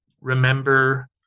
remember